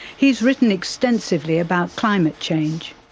he's written extensively about climate change.